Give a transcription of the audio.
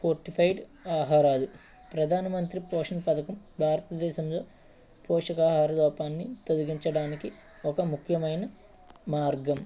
fortified ఆహారాలు ప్రధానమంత్రి పోషన్ పథకం భారతదేశంలో పోషకాహార లోపాన్ని తొలగించడానికి ఒక ముఖ్యమైన మార్గం